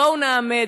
בואו נאמץ.